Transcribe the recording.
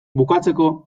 bukatzeko